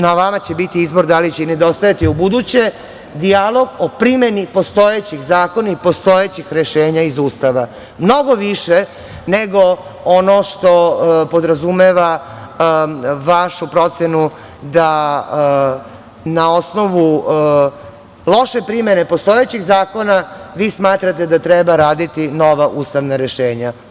Na vama će biti izbor da li će nedostajati i u buduće dijalog o primeni postojećih zakona i postojećih rešenja iz Ustava, mnogo više nego ono što podrazumeva vašu procenu da na osnovu loše primene postojećih zakona vi smatrate da treba raditi nova ustavna rešenja.